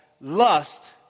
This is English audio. lust